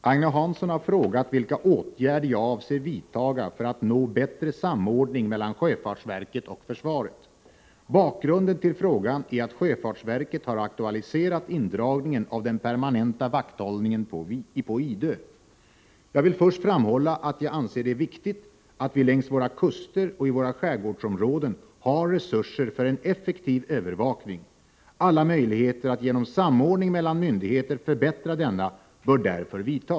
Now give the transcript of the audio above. Herr talman! Agne Hansson har frågat vilka åtgärder jag avser vidta för att nå bättre samordning mellan sjöfartsverket och försvaret. Bakgrunden till frågan är att sjöfartsverket har aktualiserat indragningen av den permanenta vakthållningen på Idö. Jag vill först framhålla att jag anser det viktigt att vi längs våra kuster och i våra skärgårdsområden har resurser för en effektiv övervakning. Alla möjligheter att genom samordning mellan myndigheter förbättra denna bör därför vidtas.